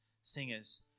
singers